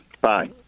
Bye